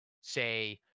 say